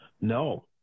No